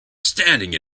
standing